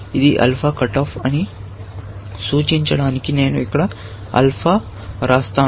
ఇది alpha cut off అని సూచించడానికి నేను ఇక్కడ ఆల్ఫా వ్రాస్తాను